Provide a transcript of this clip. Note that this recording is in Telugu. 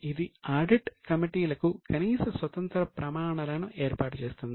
ఇది ఆడిట్ కమిటీలకు కనీస స్వతంత్ర ప్రమాణాలను ఏర్పాటు చేస్తుంది